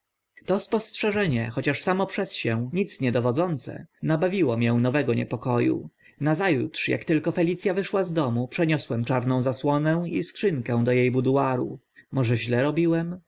to spostrzeżenie choć samo przez się nic nie dowodzące nabawiło mię nowego niepoko u naza utrz ak tylko felic a wyszła z domu przeniosłem czarną zasłonę i skrzynkę do e buduaru może źle robiłem